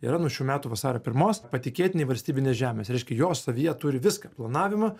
yra nuo šių metų vasario pirmos patikėtiniai valstybinės žemės reiškia jos savyje turi viską planavimą